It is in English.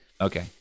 Okay